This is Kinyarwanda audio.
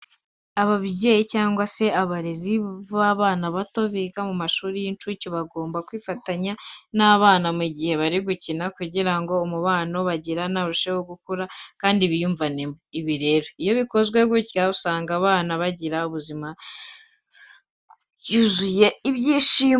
Ababyeyi cyangwa se abarezi b'abana bato baba biga mu mashuri y'incuke bagomba kwifatanya n'aba bana mu gihe bari gukina kugira ngo umubano bagirana urusheho gukura kandi biyumvanemo. Ibi rero iyo bikozwe gutya usanga abana bagira ubuzima byuzuye ibyishimo.